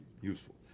useful